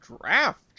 draft